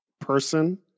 person